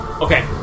Okay